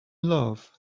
love